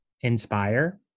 inspire